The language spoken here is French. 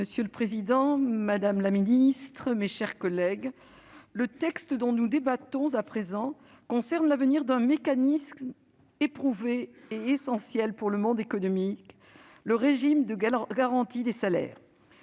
Monsieur le président, madame la ministre, mes chers collègues, le texte dont nous débattons à présent concerne l'avenir d'un mécanisme éprouvé et essentiel pour le monde économique : le régime de garantie des salaires.